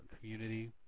community